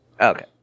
Okay